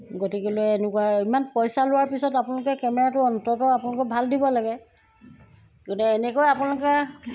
গতিকেলৈ এনেকুৱা ইমান পইচা লোৱাৰ পিছত আপোনালোকে কেমেৰাটো অন্ততঃ আপোনালোকে ভাল দিব লাগে গতিকে এনেকুৱা আপোনালোকে